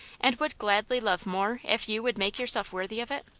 and would gladly love more if you would make yourself worthy of it?